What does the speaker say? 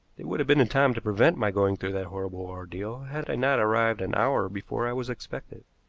they would have been in time to prevent my going through that horrible ordeal had i not arrived an hour before i was expected.